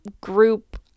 group